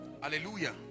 Hallelujah